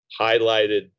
highlighted